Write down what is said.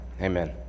Amen